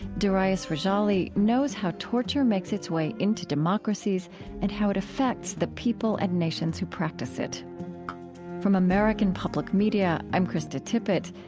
darius rejali knows how torture makes its way into democracies and how it affects the people and nations who practice it from american public media, i'm krista tippett.